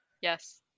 Yes